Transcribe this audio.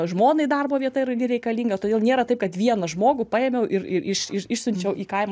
žmonai darbo vieta irgi reikalinga todėl nėra taip kad vieną žmogų paėmiau ir ir ir iš išsiunčiau į kaimą